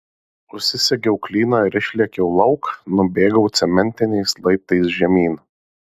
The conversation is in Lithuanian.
užsisegiau klyną ir išlėkiau lauk nubėgau cementiniais laiptais žemyn